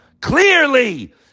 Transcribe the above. clearly